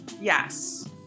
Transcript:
Yes